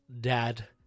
dad